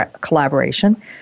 collaboration